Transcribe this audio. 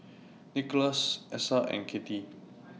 Nikolas Essa and Kathey